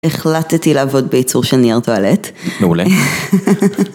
החלטתי לעבוד ביצור של נייר טואלט. מעולה.